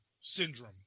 syndrome